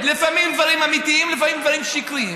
לפעמים דברים אמיתיים ולפעמים דברים שקריים,